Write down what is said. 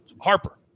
Harper